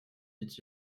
dit